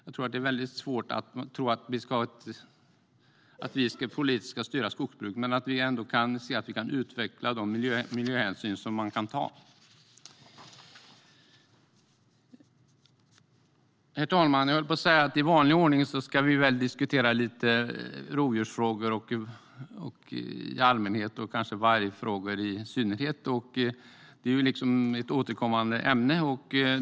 Vi kan inte styra skogsbruket politiskt, men vi kan se till att utveckla de miljöhänsyn som man kan ta. Herr talman! I vanlig ordning ska vi väl diskutera rovdjursfrågor i allmänhet och kanske vargfrågan i synnerhet. Det är ett återkommande ämne.